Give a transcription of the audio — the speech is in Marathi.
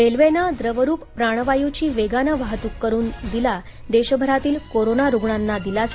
रेल्वेनं द्रवरूप प्राणवायू ची वेगानं वाहतूक करून दिला देशभरातील कोरोना रुग्णांना दिलासा